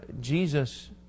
Jesus